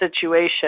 situation